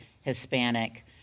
Hispanic